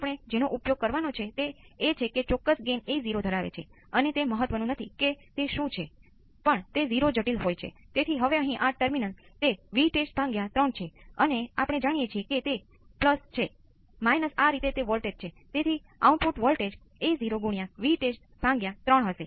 આપણે થેવેનિન પ્રમેય નો ઉકેલ આ સ્વરૂપમાં હશે